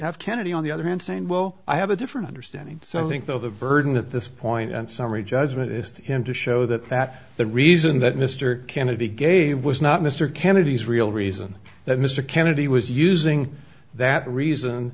have kennedy on the other hand saying well i have a different understanding so i think though the burden of this point and summary judgment is him to show that that the reason that mr kennedy gave was not mr kennedy's real reason that mr kennedy was using that reason